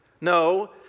No